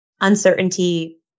uncertainty